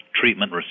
treatment